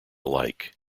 alike